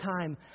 time